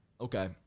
Okay